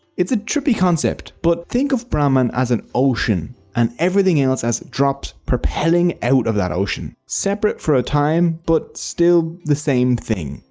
it's a trippy concept. but think of brahman as an ocean and everything else as drops propelling out of that ocean. seperate for a time, but still the same thing.